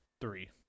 three